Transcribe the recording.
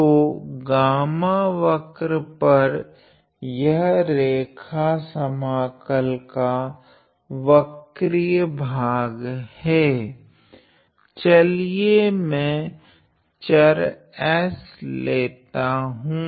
तो गामा वक्र पर यह रेखा समाकल का वक्रिय भाग है चलिये मैं चर s लेता हूँ